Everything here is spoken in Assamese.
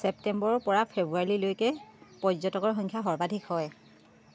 ছেপ্টেম্বৰৰপৰা ফেব্ৰুৱাৰীলৈকে পৰ্যটকৰ সংখ্যা সৰ্বাধিক হয়